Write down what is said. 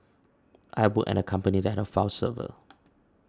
I've worked at a company that had a file server